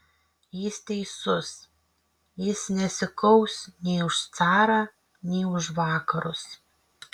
jis teisus jis nesikaus nei už carą nei už vakarus